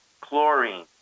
chlorine